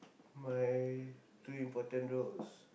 my two important roles